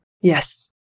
Yes